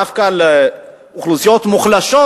דווקא לאוכלוסיות מוחלשות,